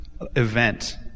event